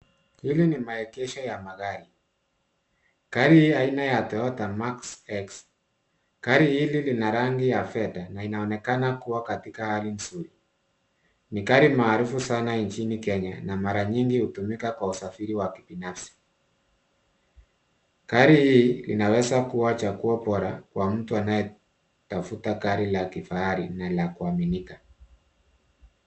Hili ni maegesho ya magari. Gari ya aina ya Toyota (cs) mark X (cs). Gari hili lina rangi ya fedha linaonekana kuwa katika hali nzuri. Ni gari maarufu sana nchini Kenya na mara nyingi hutumika katika usafiri wa kibinafsi . Gari hii inaweza kua chaguo bora kwa mtu anaye tafta gari la kifahari na la kuaminika.